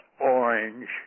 orange